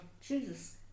Jesus